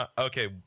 Okay